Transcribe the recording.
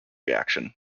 reaction